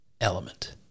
element